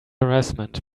harassment